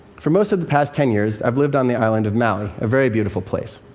for most of the past ten years i've lived on the island of maui, a very beautiful place.